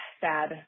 sad